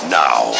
now